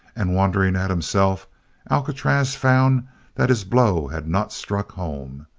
and wondering at himself alcatraz found that his blow had not struck home.